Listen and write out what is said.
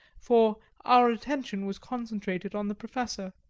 for our attention was concentrated on the professor.